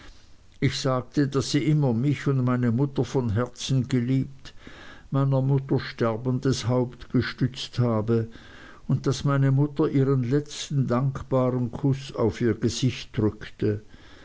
ich sagte daß sie immer mich und meine mutter von herzen geliebt meiner mutter sterbendes haupt gestützt habe und daß meine mutter ihren letzten dankbaren kuß auf ihr gesicht drückte